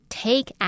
take